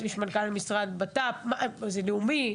למנכ"ל משרד הבט"פ, זה לאומי.